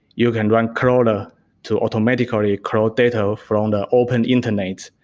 you can run crawler to automatically ah crawl data from the open internet.